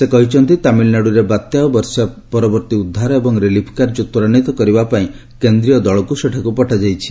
ସେ କହିଛନ୍ତି ତାମିଲ୍ନାଡୁରେ ବାତ୍ୟା ଓ ବର୍ଷା ପରବର୍ତ୍ତୀ ଉଦ୍ଧାର ଏବଂ ରିଲିଫ୍ କାର୍ଯ୍ୟ ତ୍ୱରାନିତ କରିବାପାଇଁ କେନ୍ଦ୍ରୀୟ ଦଳକୁ ପଠାଯାଇଛି